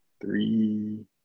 three